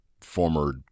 former